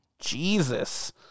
Jesus